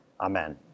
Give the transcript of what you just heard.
Amen